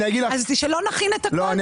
שלא נכין את הכול?